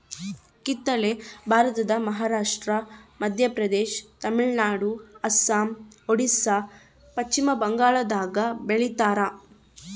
ಕಿತ್ತಳೆ ಭಾರತದ ಮಹಾರಾಷ್ಟ್ರ ಮಧ್ಯಪ್ರದೇಶ ತಮಿಳುನಾಡು ಅಸ್ಸಾಂ ಒರಿಸ್ಸಾ ಪಚ್ಚಿಮಬಂಗಾಳದಾಗ ಬೆಳಿತಾರ